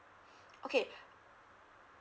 okay